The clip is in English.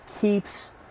keeps